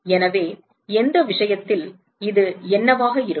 எனவே எந்த விஷயத்தில் இது என்னவாக இருக்கும்